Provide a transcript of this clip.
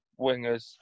wingers